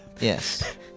Yes